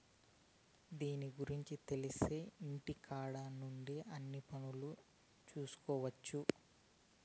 దీని గురుంచి తెలిత్తే ఇంటికాడ నుండే అన్ని పనులు చేసుకొవచ్చు